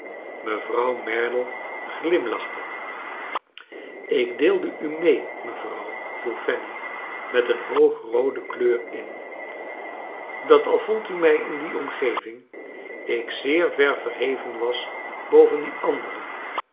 mevrouw merdle glimlachte ik deelde u mee mevrouw viel fanny met een hoogroode kleur in dat al vond u mij in die omgeving ik zeer ver verheven was boven die anderen